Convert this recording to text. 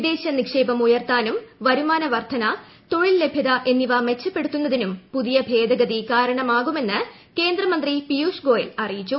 വിദേശ നിക്ഷേപം ഉയർത്താനും വരുമാന വർധന തൊഴിൽ ലഭ്യത എന്നിവ മെച്ചപ്പെടുത്തുന്നതിനും പുതിയ ഭേദഗതി കാരണമാകുമെന്ന് കേന്ദ്ര മന്ത്രി പിയുഷ് ഗോയൽ അറിയിച്ചു